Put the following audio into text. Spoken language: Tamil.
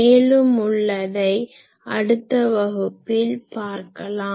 மேலும் உள்ளதை அடுத்த வகுப்பில் பார்க்கலாம்